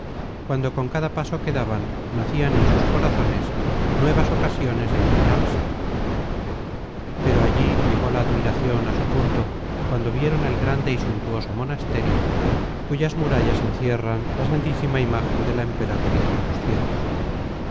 cuando con cada paso que daban nacian en sus corazones nuevas oca siones de admirarse pero allí llegó la admiracion á su punto cuando vieron el grande y suntuoso monasterio cuyas murallas encierran la santísima imágen de la emperatriz de los cielos